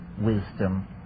wisdom